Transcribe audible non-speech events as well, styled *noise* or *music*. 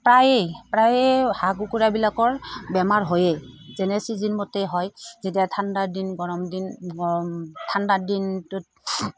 প্ৰায়ে প্ৰায়ে হাঁহ কুকুৰাবিলাকৰ বেমাৰ হয়য়েই যেনে চিজনিনমতে হয় যেতিয়া ঠাণ্ডাৰ দিন গৰম দিন গৰম ঠাণ্ডাৰ দিনটোত *unintelligible*